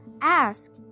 ask